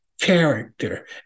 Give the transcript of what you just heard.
character